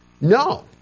No